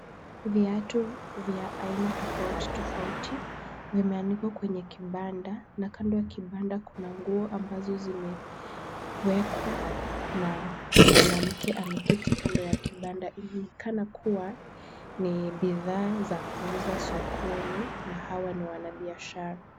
Viatu vya aina tofauti tofauti vimeanikwa kwenye kibanda na kando ya kibanda kuna nguo ambazo zimewekwa na mwanamke ameketi kando ya kibanda. Inaonekana kuwa ni bidhaa za kuuza sokoni na hawa ni wanabiashara.